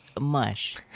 mush